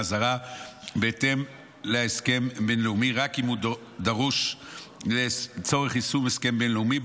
זרה בהתאם להסכם בין-לאומי רק אם הוא דרוש לצורך יישום הסכם בין-לאומי.